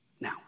Now